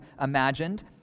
imagined